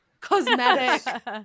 cosmetic